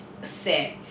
set